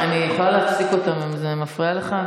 אני יכולה להפסיק אותם, אם זה מפריע לך.